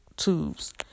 tubes